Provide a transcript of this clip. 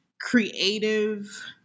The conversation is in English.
creative